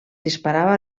disparava